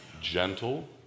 gentle